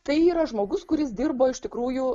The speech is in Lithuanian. tai yra žmogus kuris dirbo iš tikrųjų